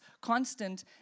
constant